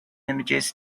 images